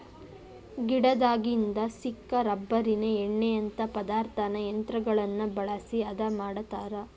ಗಿಡದಾಗಿಂದ ಸಿಕ್ಕ ರಬ್ಬರಿನ ಎಣ್ಣಿಯಂತಾ ಪದಾರ್ಥಾನ ಯಂತ್ರಗಳನ್ನ ಬಳಸಿ ಹದಾ ಮಾಡತಾರ